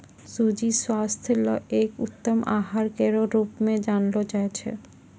सूजी स्वास्थ्य ल एक उत्तम आहार केरो रूप म जानलो जाय छै